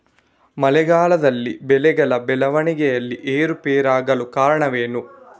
ಮಳೆಗಾಲದಲ್ಲಿ ಬೆಳೆಗಳ ಬೆಳವಣಿಗೆಯಲ್ಲಿ ಏರುಪೇರಾಗಲು ಕಾರಣವೇನು?